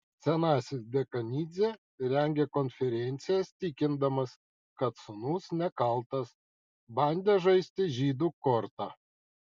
senasis dekanidzė rengė konferencijas tikindamas kad sūnus nekaltas bandė žaisti žydų korta